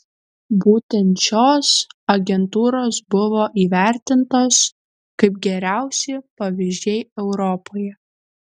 būtent šios agentūros buvo įvertintos kaip geriausi pavyzdžiai europoje